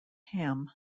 ham